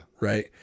Right